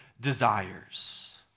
desires